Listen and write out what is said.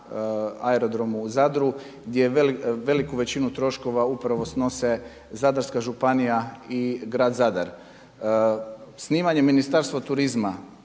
Aerodromu u Zadru gdje veliku većinu troškova upravo snose Zadarska županija i grad Zadar. Snimanje Ministarstva turizma